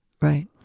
Right